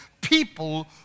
people